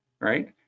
right